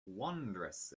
wondrous